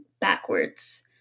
backwards